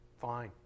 fine